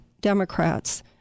Democrats